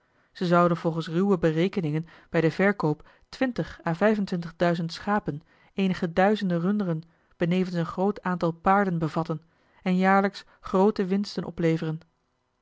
ze zouden volgens ruwe berekeningen bij den verkoop twintig à vijfentwintig duizend schapen eenige duizenden runderen benevens een groot aantal paarden bevatten en jaarlijks groote winsten opleveren